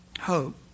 hope